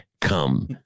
Come